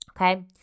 Okay